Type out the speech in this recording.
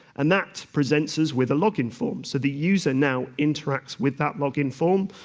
and that presents us with a login form. so the user now interacts with that login form,